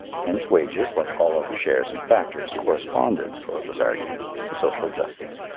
hence wages, like all other shares and factors, corresponded, so it was argued, to social justice.